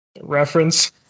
reference